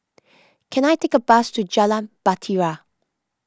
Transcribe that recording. can I take a bus to Jalan Bahtera